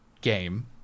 game